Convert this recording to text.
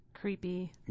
creepy